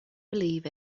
believe